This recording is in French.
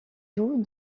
joue